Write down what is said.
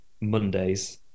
Mondays